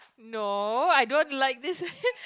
no I don't like this